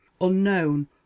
unknown